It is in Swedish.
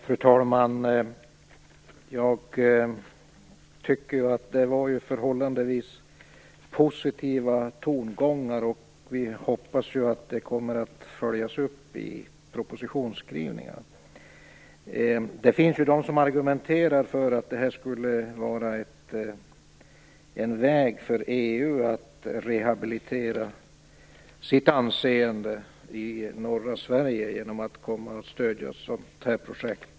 Fru talman! Jag tycker att det var förhållandevis positiva tongångar. Vi hoppas att detta kommer att följas upp i propositionsskrivningarna. Det finns de som argumenterar för att det skulle vara ett sätt för EU att rehabilitera sitt anseende i norra Sverige om man stöder ett sådant här projekt.